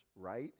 right